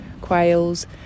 quails